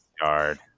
yard